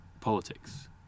politics